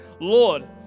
Lord